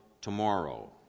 tomorrow